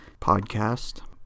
podcast